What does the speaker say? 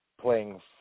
playing